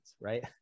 right